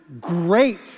great